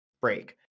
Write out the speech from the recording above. break